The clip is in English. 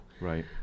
Right